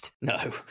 No